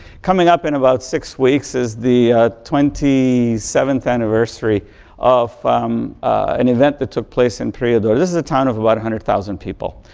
coming up in about six weeks is the twenty seventh anniversary of an event that took place in prijedor. this is a town of about a hundred thousand people.